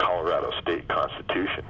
colorado state constitution